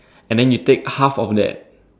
and than you take half of that